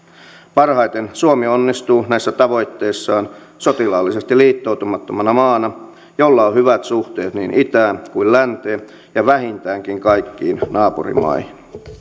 parhaiten suomi onnistuu näissä tavoitteissaan sotilaallisesti liittoutumattomana maana jolla on hyvät suhteet niin itään kuin länteen ja vähintäänkin kaikkiin naapurimaihin